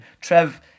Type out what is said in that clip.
Trev